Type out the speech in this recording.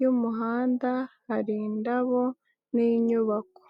y'umuhanda hari indabo n'inyubako.